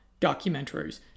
documentaries